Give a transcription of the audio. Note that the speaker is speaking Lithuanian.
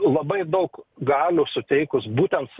labai daug galių suteikus būtent